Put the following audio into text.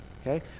okay